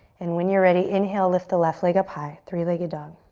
and when you're ready, inhale, lift the left leg up high, three-legged dog.